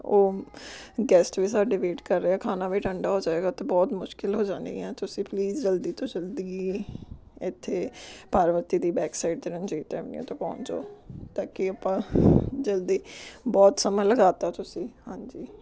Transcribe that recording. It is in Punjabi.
ਉਹ ਗੈਸਟ ਵੀ ਸਾਡੇ ਵੇਟ ਕਰ ਰਹੇ ਹੈ ਖਾਣਾ ਵੀ ਠੰਡਾ ਹੋ ਜਾਏਗਾ ਤੇ ਬਹੁਤ ਮੁਸ਼ਕਿਲ ਹੋ ਜਾਣੀ ਹੈ ਤੁਸੀਂ ਪਲੀਜ਼ ਜਲਦੀ ਤੋਂ ਜਲਦੀ ਇੱਥੇ ਪਾਰਵਤੀ ਦੀ ਬੈਕ ਸਾਈਡ 'ਤੇ ਰਣਜੀਤ ਅਵੇਨਿਊ 'ਤੇ ਪਹੁੰਚ ਜਾਓ ਤਾਂ ਕਿ ਆਪਾਂ ਜਲਦੀ ਬਹੁਤ ਸਮਾਂ ਲਗਾ ਤਾ ਤੁਸੀਂ ਹਾਂਜੀ